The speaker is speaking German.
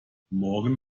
morgen